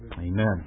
Amen